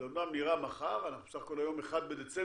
זה אמנם נראה מחר, אנחנו בסך הכול היום 1 בדצמבר,